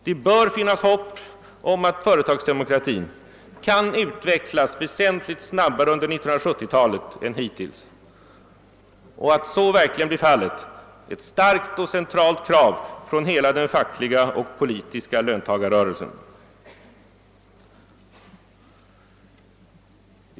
Det bör finnas hopp om att företagsdemokratin kan utvecklas väsentligt snabbare under 1970-talet än hittills. Att så verkligen blir fallet är ett starkt och centralt krav från hela den fackliga och politiska löntagarrörelsen.